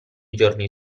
giorni